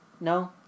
no